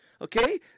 okay